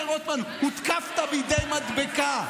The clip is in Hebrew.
כן, רוטמן, הותקפת בידי מדבקה.